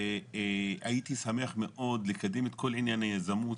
הייתי שמח מאוד לקדם את כל עניין היזמות,